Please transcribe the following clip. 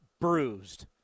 bruised